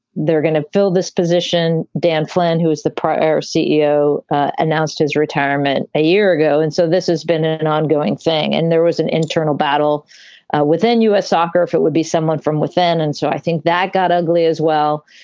they're going to fill this position. dan flynn, who is the prior ceo, announced his retirement a year ago. and so this has been an ongoing thing. and there was an internal battle within u s. soccer if it would be someone from within. and so i think that got ugly as well.